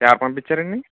ఎవరు పంపించారండి